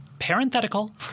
parenthetical